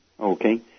Okay